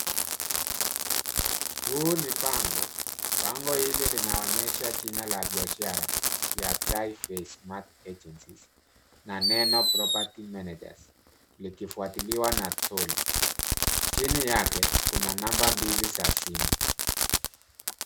Huu ni bango, bango hili linonyesha jina la biashara ya Tri-Face Smart Agencies na neno Property Managers likifuatiliwa na troli. Chini yake kuna namba mbili za simu.